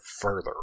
further